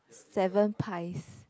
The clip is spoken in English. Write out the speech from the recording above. seven pies